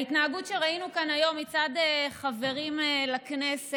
ההתנהגות שראינו כאן היום מצד חברים לכנסת,